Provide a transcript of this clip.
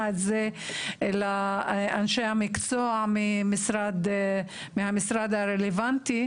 את זה לאנשי המקצוע מהמשרד הרלוונטי,